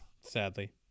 Sadly